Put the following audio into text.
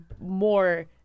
more